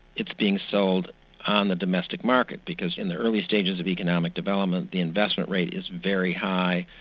it's being sold on the domestic market because in the early stages of economic development, the investment rate is very high.